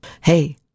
Hey